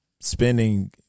spending